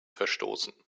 verstoßen